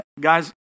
Guys